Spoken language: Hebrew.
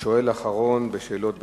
השואל האחרון בשאלות בכתב.